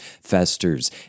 festers